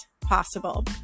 possible